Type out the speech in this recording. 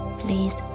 please